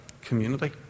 community